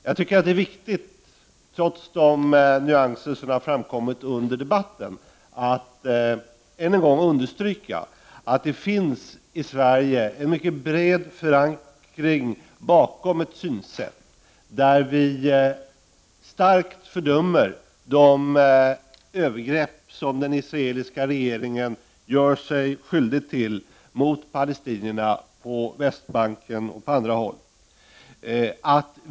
Jag tycker att det är viktigt, trots de nyanser som har framkommit under debatten, att än en gång understryka att det i Sverige finns en mycket bred förankring bakom ett synsätt som innebär ett starkt fördömande av de övergrepp som den israeliska regeringen gör sig skyldig till mot palestinierna på Västbanken och på andra håll.